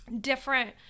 different